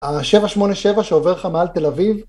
ה-787 שעובר לך מעל תל אביב